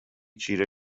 چیره